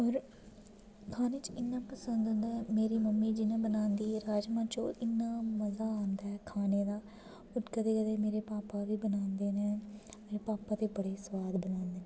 होर खाने च इ'न्ना पसंद औंदा ऐ मेरी मम्मी जि'यां बनांदी ऐ राजमांह् चौल इ'न्ना मज़ा आंदा ऐ खाने दा होर कदें कदें मेरे भापा बी बनांदे न मेरे भापा ते बड़े सोआद बनांदे न